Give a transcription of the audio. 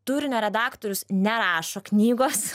turinio redaktorius nerašo knygos